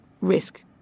risk